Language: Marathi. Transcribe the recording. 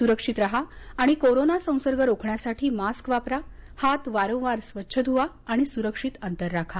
सुरक्षित राहा आणि कोरोना संसर्ग रोखण्यासाठी मास्क वापरा हात वारंवार स्वच्छ धुवा सुरक्षित अंतर ठेवा